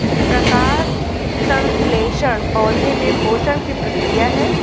प्रकाश संश्लेषण पौधे में पोषण की प्रक्रिया है